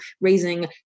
raising